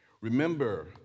Remember